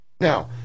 Now